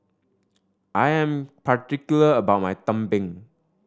I am particular about my tumpeng